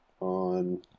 on